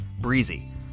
Breezy